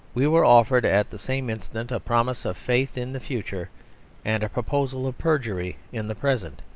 we were offered at the same instant a promise of faith in the future and a proposal of perjury in the present.